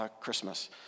Christmas